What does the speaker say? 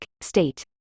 state